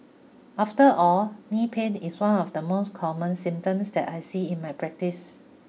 after all knee pain is one of the most common symptoms that I see in my practice